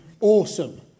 awesome